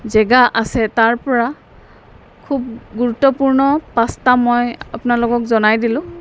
জেগা আছে তাৰপৰা খুব গুৰুত্বপূৰ্ণ পাঁচটা মই আপোনালোকক জনাই দিলোঁ